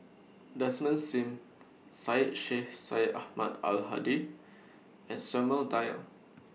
Desmond SIM Syed Sheikh Syed Ahmad Al Hadi and Samuel Dyer